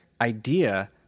idea